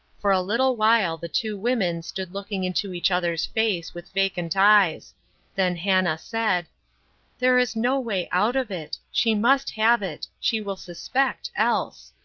for a little while the two women stood looking into each other's face, with vacant eyes then hannah said there is no way out of it she must have it she will suspect, else.